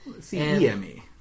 C-E-M-E